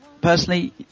personally